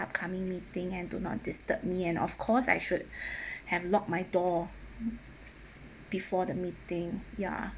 upcoming meeting and do not disturb me and of course I should have lock my door before the meeting ya